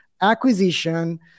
acquisition